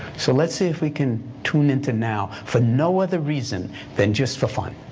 so let's see if we can tune into now for no other reason than just for fun.